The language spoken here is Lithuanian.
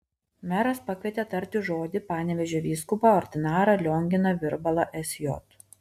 meras pakvietė tarti žodį panevėžio vyskupą ordinarą lionginą virbalą sj